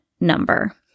number